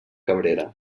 cabrera